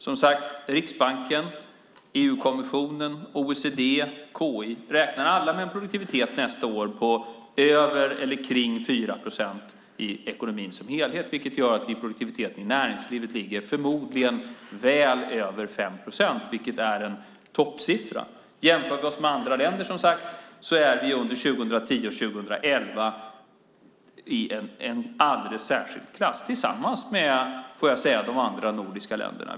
Som sagt räknar Riksbanken, EU-kommissionen, OECD och KI alla med en produktivitet nästa år på över eller kring 4 procent i ekonomin som helhet, vilket gör att produktiviteten i näringslivet förmodligen ligger väl över 5 procent. Det är en toppsiffra. Jämför vi oss med andra länder är vi som sagt under 2010 och 2011 i en alldeles särskild klass, tillsammans med de andra nordiska länderna, får jag säga.